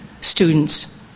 students